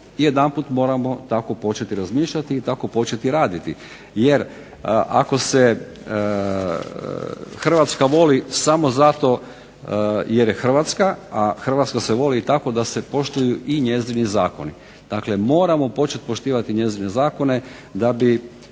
I jedanput moramo tako početi razmišljati i tako početi raditi, jer ako se Hrvatska voli samo zato jer je Hrvatska, a Hrvatska se voli i tako da se poštuju i njezini zakoni. Dakle, moramo početi poštivati njezine zakone da bi